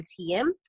TM